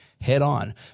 head-on